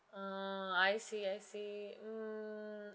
ah I see I see mm